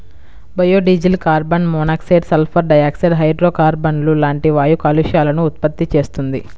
biodiesel carbon monoxide, sulphur dioxide, హైడ్రోకార్బన్లు లాంటి వాయు కాలుష్యాలను ఉత్పత్తి చేస్తుంది